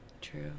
True